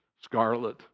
Scarlet